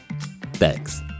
Thanks